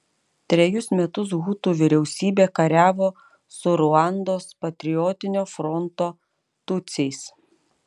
trejus metus hutų vyriausybė kariavo su ruandos patriotinio fronto tutsiais